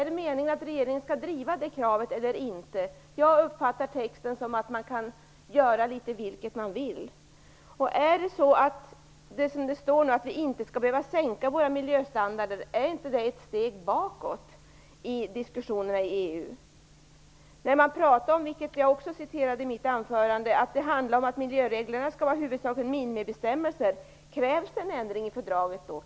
Är det meningen att regeringen skall driva det kravet eller inte? Jag uppfattar texten som att man kan göra litet som man vill. Om det är riktigt som det står att vi inte skall behöva sänka våra miljöstandarder, är det då inte ett steg bakåt i diskussionerna i EU? Som jag sade i mitt anförande talar man om att miljöreglerna i huvudsak skall vara minimibestämmelser. Krävs det då en ändring i fördraget?